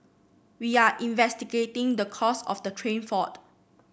we are investigating the cause of the train fault